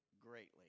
greatly